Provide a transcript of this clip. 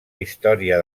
història